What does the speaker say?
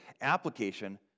application